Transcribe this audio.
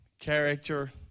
character